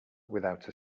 without